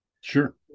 sure